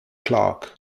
clarke